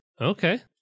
Okay